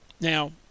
Now